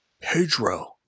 Pedro